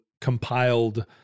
compiled